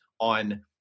on